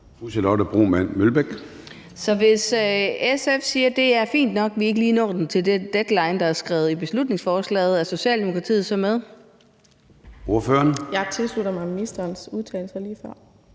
Så hvis SF siger, det er fint nok, at vi ikke lige når det til den deadline, der er skrevet i beslutningsforslaget, er Socialdemokratiet så med? Kl. 13:08 Formanden (Søren Gade):